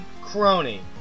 crony